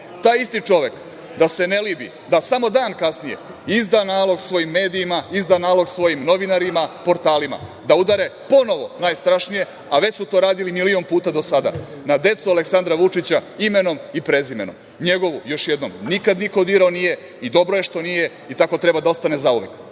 isti čovek, da se ne libi, da samo dan kasnije izda nalog svojim medijima, izda nalog svojim novinarima, portalima da udare ponovo najstrašnije, a već su to radili milion puta do sada na decu Aleksandra Vučića imenom i prezimenom. Njegovu još jednom, niko dirao nije, dobro je što nije i tako treba da ostane zauvek.A